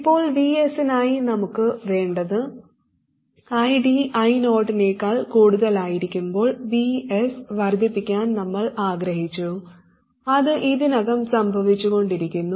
ഇപ്പോൾ Vs നായി നമ്മൾക്ക് വേണ്ടത് ID I0 നേക്കാൾ കൂടുതലായിരിക്കുമ്പോൾ Vs വർദ്ധിപ്പിക്കാൻ നമ്മൾ ആഗ്രഹിച്ചു അത് ഇതിനകം സംഭവിച്ചുകൊണ്ടിരിക്കുന്നു